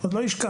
עוד לא השקענו.